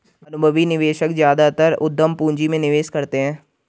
अनुभवी निवेशक ज्यादातर उद्यम पूंजी में निवेश करते हैं